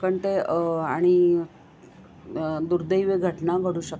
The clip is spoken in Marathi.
पण ते आणि दुर्देवी घटना घडू शकतात